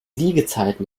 liegezeiten